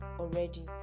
Already